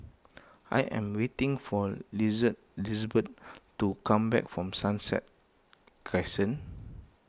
I am waiting for Lize Lizeben to come back from Sunset Crescent